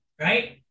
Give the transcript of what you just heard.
right